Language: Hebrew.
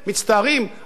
החוק הזה הוא לא חוקתי.